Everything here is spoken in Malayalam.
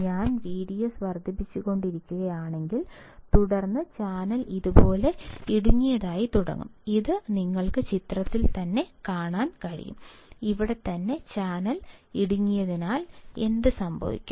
ഞാൻ വിഡിഎസ് വർദ്ധിപ്പിച്ചുകൊണ്ടിരിക്കുകയാണെങ്കിൽ തുടർന്ന് ചാനൽ ഇതുപോലെ ഇടുങ്ങിയതായി തുടങ്ങും അത് നിങ്ങൾക്ക് ചിത്രത്തിൽ നിന്ന് കാണാൻ കഴിയും ഇവിടെത്തന്നെ ചാനൽ ഇടുങ്ങിയതിനാൽ എന്ത് സംഭവിക്കും